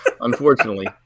Unfortunately